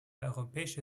europäische